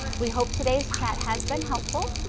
we hope today's chat has been helpful.